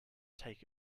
take